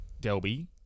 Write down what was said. Delby